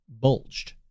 bulged